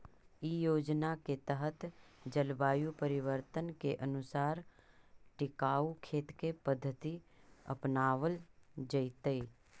इ योजना के तहत जलवायु परिवर्तन के अनुसार टिकाऊ खेत के पद्धति अपनावल जैतई